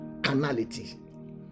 Canality